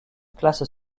classent